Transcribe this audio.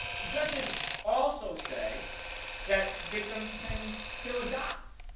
judges also say that victims can still adopt